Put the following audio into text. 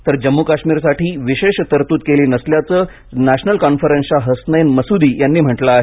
तर जम्मू काश्मीरसाठी विशेष तरदूत केली नसल्याचं नॅशनल कॉन्फरन्सच्या हसनैन मसुदी यांनी म्हटलं आहे